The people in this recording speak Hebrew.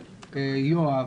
יואב,